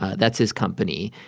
ah that's his company.